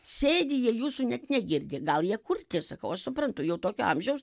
sėdi jie jūsų net negirdi gal jie kurti sakau aš suprantu jau tokio amžiaus